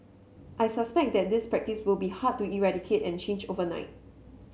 I suspect that this practice will be hard to eradicate and change overnight